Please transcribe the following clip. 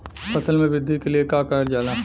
फसल मे वृद्धि के लिए का करल जाला?